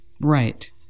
Right